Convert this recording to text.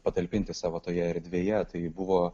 patalpinti savo toje erdvėje tai buvo